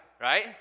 right